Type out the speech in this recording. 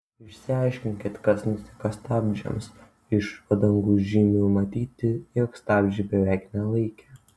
išsiaiškinkit kas nutiko stabdžiams iš padangų žymių matyti jog stabdžiai beveik nelaikė